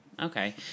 Okay